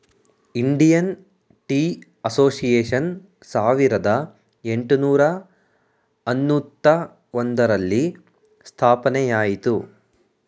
Indian tea association ಸಾವಿರದ ಏಟುನೂರ ಅನ್ನೂತ್ತ ಒಂದರಲ್ಲಿ ಸ್ಥಾಪನೆಯಾಯಿತು